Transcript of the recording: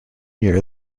year